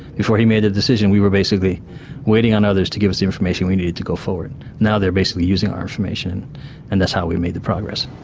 before he made a decision we were basically waiting on others to give us information we need to go forward. now they're basically using our information and that's how we made the progress.